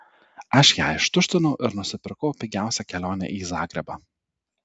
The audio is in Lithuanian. aš ją ištuštinau ir nusipirkau pigiausią kelionę į zagrebą